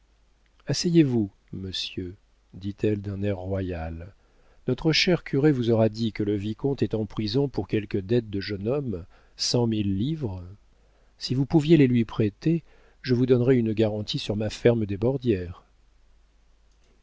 asseyez-vous monsieur dit-elle d'un air royal notre cher curé vous aura dit que le vicomte est en prison pour quelques dettes de jeune homme cent mille livres si vous pouviez les lui prêter je vous donnerais une garantie sur ma ferme des bordières